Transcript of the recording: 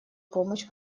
помощь